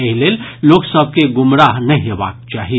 एहि लेल लोक सभ के गुमराह नहि हेबाक चाही